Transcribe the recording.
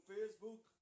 Facebook